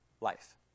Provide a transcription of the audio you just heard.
life